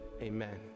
Amen